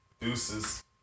Deuces